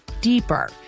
deeper